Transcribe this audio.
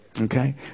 Okay